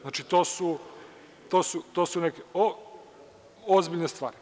Znači, to su neke ozbiljne stvari.